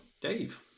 Dave